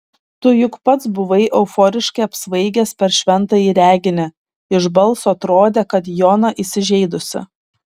tu juk pats buvai euforiškai apsvaigęs per šventąjį reginį iš balso atrodė kad jona įsižeidusi